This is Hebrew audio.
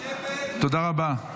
תודה רבה.